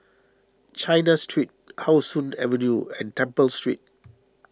China Street How Sun Avenue and Temple Street